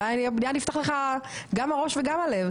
אולי היה נפתח לך גם הראש וגם הלב.